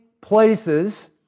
places